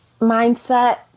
Mindset